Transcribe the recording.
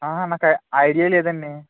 నాకు ఐడియా లేదండి